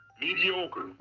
Mediocre